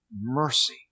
mercy